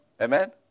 Amen